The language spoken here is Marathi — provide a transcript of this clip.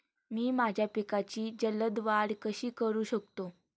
मी माझ्या पिकांची जलद वाढ कशी करू शकतो?